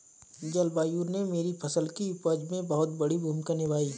जलवायु ने मेरी फसल की उपज में बहुत बड़ी भूमिका निभाई